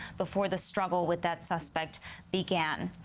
before the struggle with that suspect began,